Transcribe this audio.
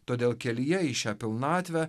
todėl kelyje į šią pilnatvę